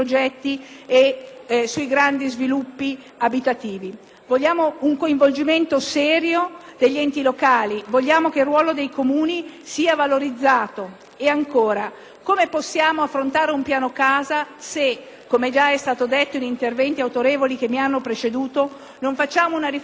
degli enti locali, vogliamo che il ruolo dei Comuni sia valorizzato. E ancora. Come possiamo affrontare un Piano casa se, come già è stato detto in interventi autorevoli che mi hanno preceduta, non facciamo una riflessione seria sull'utilizzo delle aree in questo Paese? Il Piano casa deve anche prevedere, a mio